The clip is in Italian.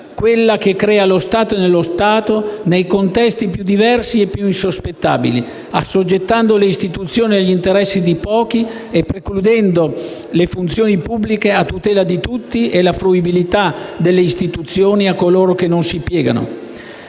quella che crea lo Stato nello Stato nei contesti più diversi e insospettabili, assoggettando le istituzioni agli interessi di pochi e precludendo le funzioni pubbliche a tutela di tutti e la fruibilità delle istituzioni a coloro che non si piegano.